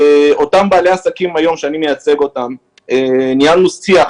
אותם בעלי עסקים שאני מייצג אותם, ניהלנו שיח